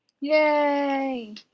Yay